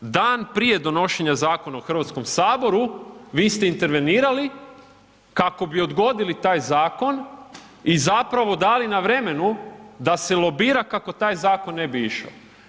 Dan prije donošenja zakona u Hrvatskom saboru vi ste intervenirali kako bi odgodili taj zakon i zapravo dali na vremenu da se lobira kako taj zakon ne bi išao.